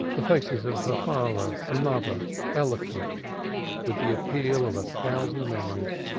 the faces of her father and mother eloquent with the appeal of a thousand memories.